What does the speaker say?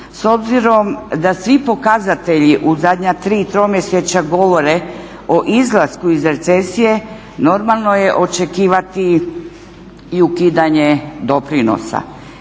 S obzirom da svi pokazatelji u zadnja tri tromjesečja govore o izlasku iz recesije normalno je očekivati i ukidanje doprinosa.